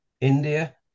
India